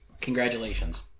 Congratulations